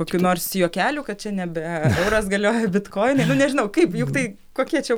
kokių nors juokelių kad čia nebe euras galioja bitkoinai nu nežinau kaip juk tai kokie čia